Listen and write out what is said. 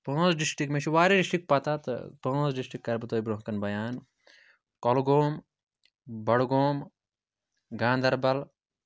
پانٛژھ ڈِسٹرک مےٚ چھُ واریاہ ڈِسٹرک پَتہ تہٕ پانٛژھ ڈِسٹرک کَرٕ بہٕ تۄہہِ برونٛہہ کَنہِ بَان کۄلگوم بڈگوم گاندَربَل